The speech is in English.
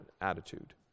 attitude